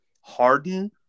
Harden